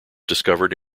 discovered